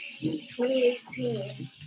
2018